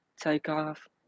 Takeoff